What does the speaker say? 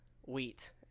Wheat